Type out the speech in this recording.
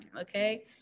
Okay